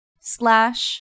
slash